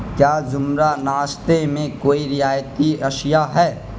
کیا زمرہ ناشتے میں کوئی رعایتی اشیا ہے